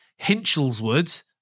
Hinchelswood